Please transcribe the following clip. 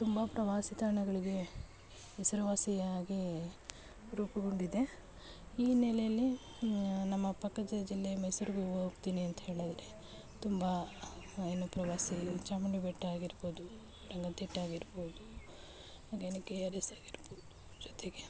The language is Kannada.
ತುಂಬ ಪ್ರವಾಸಿ ತಾಣಗಳಿಗೆ ಹೆಸರುವಾಸಿಯಾಗಿ ರೂಪುಗೊಂಡಿದೆ ಈ ನೆಲೆಯಲ್ಲಿ ನಮ್ಮ ಪಕ್ಕದ ಜಿಲ್ಲೆ ಮೈಸೂರಿಂದು ಹೋಗ್ತೀನಿ ಅಂತ ಹೇಳಿದರೆ ತುಂಬ ಏನು ಪ್ರವಾಸಿ ಚಾಮುಂಡಿ ಬೆಟ್ಟ ಆಗಿರ್ಬೋದು ರಂಗನತಿಟ್ಟಾಗಿರ್ಬೋದು ಹಾಗೆನೆ ಕೆ ಆರ್ ಎಸ್ ಆಗಿರ್ಬೋದು ಜೊತೆಗೆ